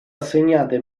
assegnate